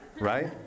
Right